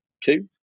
two